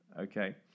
Okay